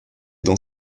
dans